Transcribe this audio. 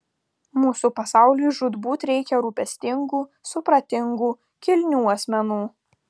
mūsų pasauliui žūtbūt reikia rūpestingų supratingų kilnių asmenų